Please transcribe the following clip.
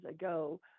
ago